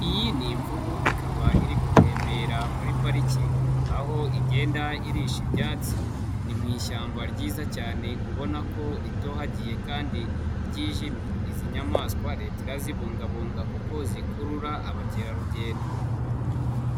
Iyi ni imvubu ikaba iri gutembera muri parike, aho igenda irisha ibyatsi, ni mu ishyamba ryiza cyane ubona ko ritohagiye kandi ryijimye, izi nyamaswa leta irazibungabunga kuko zikurura abakerarugendo.